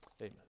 Amen